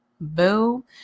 Boo